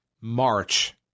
March